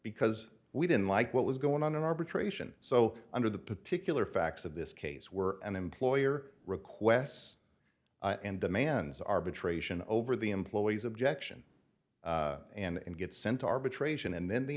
because we didn't like what was going on in arbitration so under the particular facts of this case were an employer requests and demands arbitration over the employee's objection and gets sent to arbitration and then the